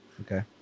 Okay